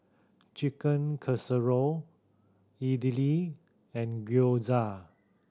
Chicken Casserole Idili and Gyoza